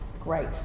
great